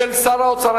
של שר האוצר.